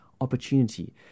opportunity